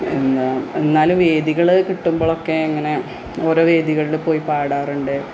പിന്നെ എന്നാലും വേദികള് കിട്ടുമ്പൊഴൊക്കെ ഇങ്ങനെ ഓരോ വേദികളില് പോയി പാടാറുണ്ട്